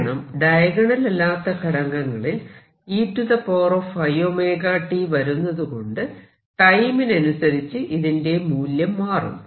കാരണം ഡയഗണൽ അല്ലാത്ത ഘടകങ്ങളിൽ eiωtവരുന്നതുകൊണ്ട് ടൈമിനനുസരിച്ച് ഇതിന്റെ മൂല്യം മാറും